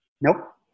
Nope